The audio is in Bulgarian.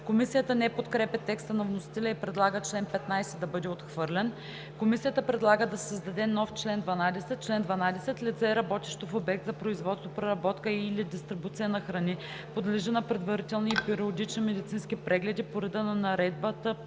Комисията не подкрепя текста на вносителя и предлага чл. 15 да бъде отхвърлен. Комисията предлага да се създаде нов чл. 12: „Чл. 12. Лице, работещо в обект за производство, преработка и/или дистрибуция на храни, подлежи на предварителни и периодични медицински прегледи по реда на наредбата